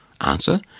Answer